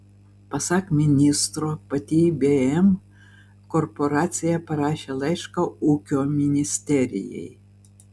pasak ministro pati ibm korporacija parašė laišką ūkio ministerijai